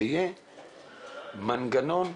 שיהיה מנגנון.